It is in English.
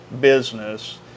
business